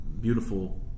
beautiful